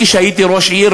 כשהייתי ראש עיר,